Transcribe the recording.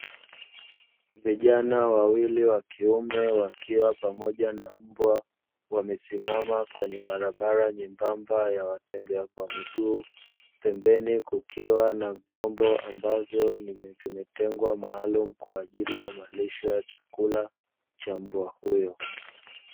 Vijana wawili wa kiume wakiwa pamoja na mbwa wamesimama kwenye barabara nyembamba ya watembea kwa miguu, pembeni kukiwa na vyombo ambavyo zimetengwa maalumu kwa ajili ya malisho ya chakula cha mbwa huyo.